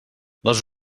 les